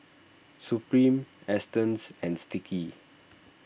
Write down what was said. Supreme Astons and Sticky